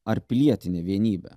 ar pilietinę vienybę